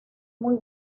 muy